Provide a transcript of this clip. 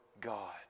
God